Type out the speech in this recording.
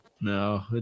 No